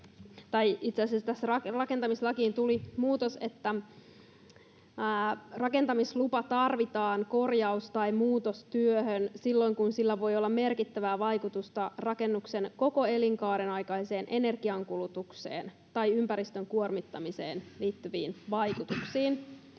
itse asiassa tähän rakentamislakiin tuli muutos, että rakentamislupa tarvitaan korjaus- tai muutostyöhön silloin, kun sillä voi olla merkittävää vaikutusta rakennuksen koko elinkaaren aikaiseen energiankulutukseen tai ympäristön kuormittamiseen liittyviin vaikutuksiin.